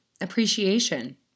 appreciation